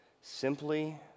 simply